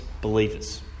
believers